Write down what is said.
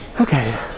Okay